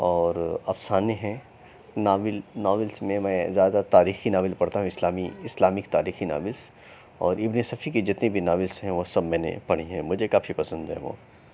اور افسانے ہیں ناول ناولس میں میں زیادہ تاریخی ناول پڑھتا ہوں اِسلامی اسلامک تایخی ناولس اور اِبن صفی کی جتنی بھی ناولس ہیں وہ سب میں نے پڑھی ہیں مجھے کافی پسند ہیں وہ